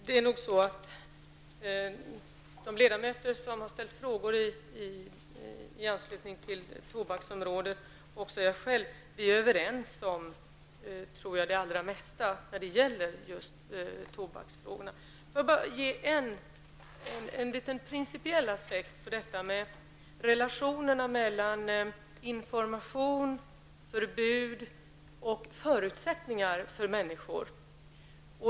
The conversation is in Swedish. Herr talman! De ledamöter som har ställt frågor inom området tobaksbruk, också jag själv, är överens om det allra mesta i dessa frågor. Får jag bara ge en liten principiell aspekt på detta med relationerna mellan information, förbud och förutsättningar för människor.